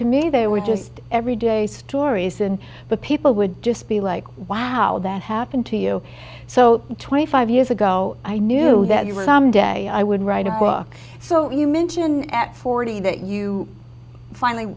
to me they were just every day stories and but people would just be like wow that happened to you so twenty five years ago i knew that you were some day i would write a book so you mention at forty that you finally